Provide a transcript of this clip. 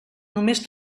només